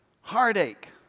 heartache